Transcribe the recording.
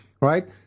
Right